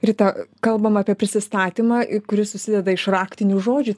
rita kalbam apie prisistatymą kuris susideda iš raktinių žodžių